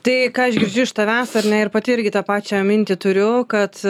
tai ką aš girdžiu iš tavęs ar ne ir pati irgi tą pačią mintį turiu kad